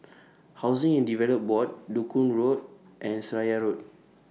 Housing and Development Board Duku Road and Seraya Road